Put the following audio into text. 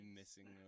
missing